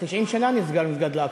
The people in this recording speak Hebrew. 90 שנה נסגר מסגד אל-אקצא.